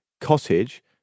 cottage